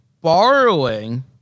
borrowing